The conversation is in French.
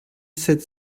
sept